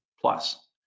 plus